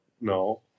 no